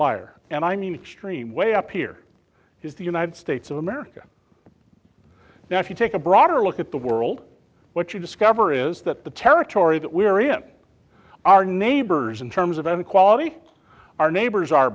outlier and i mean stream way up here is the united states of america now if you take a broader look at the world what you discover is that the territory that we're in our neighbors in terms of any quality our neighbors are